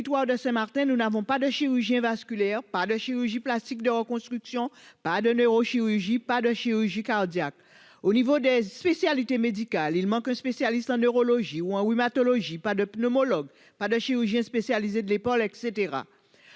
le territoire de Saint-Martin, nous n'avons pas de service de chirurgie vasculaire, ni de chirurgie plastique de reconstruction, ni de neurochirurgie, ni de chirurgie cardiaque. Au niveau des spécialités médicales, il manque un spécialiste en neurologie ou en rhumatologie ; nous ne comptons ni pneumologue ni chirurgien spécialisé de l'épaule, et